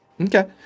Okay